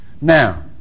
Now